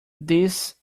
this